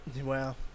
Wow